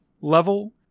level